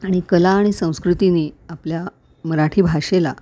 आणि कला आणि संस्कृतीनी आपल्या मराठी भाषेला